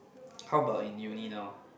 how about in uni now